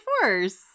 Force